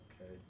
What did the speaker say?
Okay